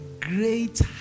great